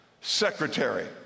secretary